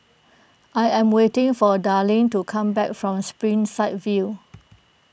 I am waiting for Darlyne to come back from Springside View